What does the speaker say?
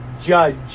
judge